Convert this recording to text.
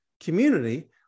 community